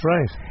Right